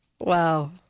Wow